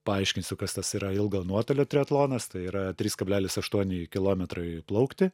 paaiškinsiu kas tas yra ilgo nuotolio triatlonas tai yra trys kablelis aštuoni kilometrai plaukti